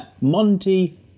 Monty